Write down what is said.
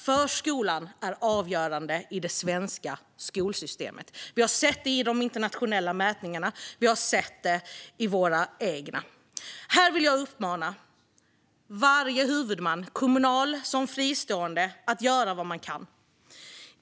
Förskolan är avgörande i det svenska skolsystemet. Det syns i de internationella mätningarna och i våra egna. Jag vill uppmana varje huvudman, kommunal som fristående, att göra vad man kan.